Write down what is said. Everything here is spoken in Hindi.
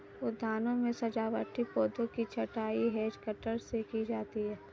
उद्यानों में सजावटी पौधों की छँटाई हैज कटर से की जाती है